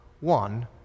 one